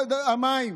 המים.